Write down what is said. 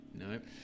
nope